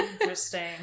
Interesting